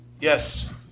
Yes